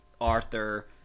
Arthur